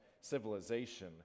civilization